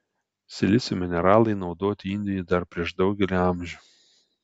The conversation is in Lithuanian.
silicio mineralai naudoti indijoje dar prieš daugelį amžių